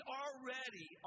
already